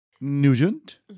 Nugent